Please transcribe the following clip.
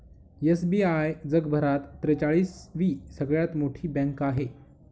SBI जगभरात त्रेचाळीस वी सगळ्यात मोठी बँक आहे